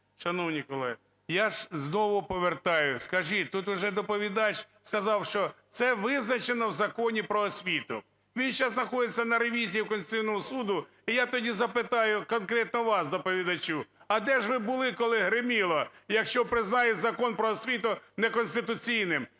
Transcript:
Шановні колеги, я ж знову повертаюсь, скажіть, тут уже доповідач сказав, що це визначено в Законі "Про освіту". Він сейчас знаходиться на ревізії в Конституційного Суду. І я тоді запитаю конкретно вас, доповідачу, а де ж ви були, коли гриміло "якщо признають Закон "Про освіту" неконституційним"?